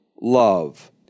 love